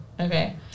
Okay